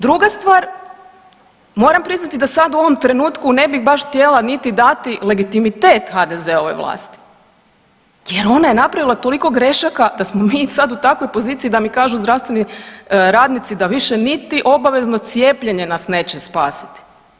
Druga stvar, moram priznati da sada u ovom trenutku ne bi baš htjela niti dati legitimitet HDZ-ovoj vlasti jer ona je napravila toliko grešaka da smo mi sad u takvoj poziciji da mi kažu zdravstveni radnici da više obavezno cijepljenje nas neće spasiti.